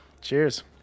Cheers